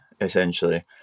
essentially